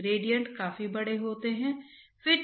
तो इसे लगाना बहुत आसान है